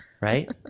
right